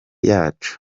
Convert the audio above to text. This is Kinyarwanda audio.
yacu